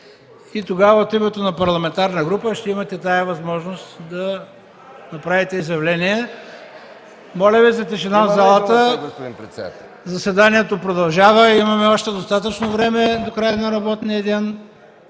и тогава от името на парламентарна група ще имате тази възможност да направите изявление. Моля Ви за тишина в залата, заседанието продължава. До края на работния ден